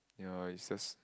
ya it's just